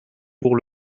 pour